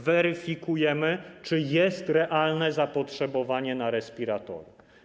Weryfikujemy, czy jest realne zapotrzebowanie na respiratory.